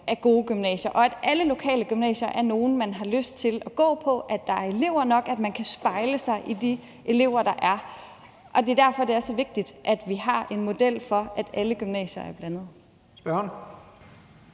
er gode gymnasier, og at alle lokale gymnasier er nogle, man har lyst til at gå på – at der er elever nok, og at man kan spejle sig i de elever, der er. Det er derfor, det er så vigtigt, at vi har en model for, at alle gymnasier er blandede.